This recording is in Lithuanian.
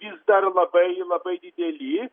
vis dar labai labai dideli